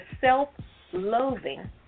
self-loathing